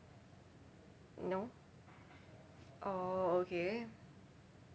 no orh okay